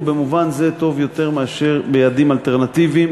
ובמובן זה טוב יותר מאשר ביעדים אלטרנטיביים,